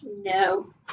No